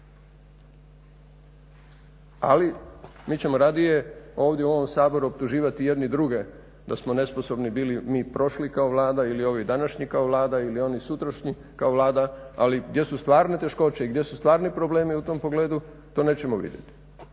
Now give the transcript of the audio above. ali mi ćemo radije ovdje u ovom Saboru optuživati jedni druge da smo nesposobni bili mi prošli kao Vlada ili ovi današnji kao Vlada ili oni sutrašnji kao Vlada, ali gdje su stvarne teškoće i gdje su stvarni problemi u tom pogledu to nećemo vidjeti.